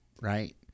right